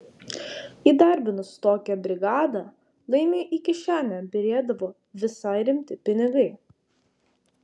įdarbinus tokią brigadą laimiui į kišenę byrėdavo visai rimti pinigai